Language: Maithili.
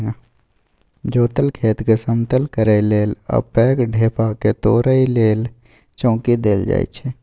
जोतल खेतकेँ समतल करय लेल आ पैघ ढेपाकेँ तोरय लेल चौंकी देल जाइ छै